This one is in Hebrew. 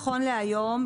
נכון להיום,